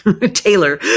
Taylor